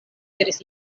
diris